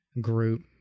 group